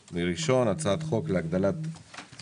הראשון על סדר-היום: הצעת חוק הגדלת נקודות